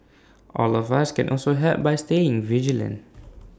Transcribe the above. all of us can also help by staying vigilant